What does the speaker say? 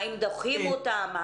האם דוחים אותם?